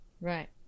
right